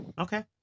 Okay